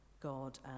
God